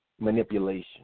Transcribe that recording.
manipulation